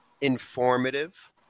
informative